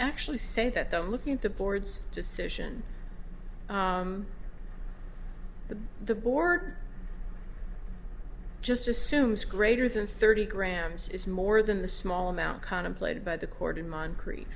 actually say that i'm looking at the board's decision that the board just assumes greater than thirty grams is more than the small amount contemplated by the court in mind cre